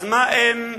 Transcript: אז מה עם איש,